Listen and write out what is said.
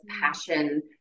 passion